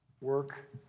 work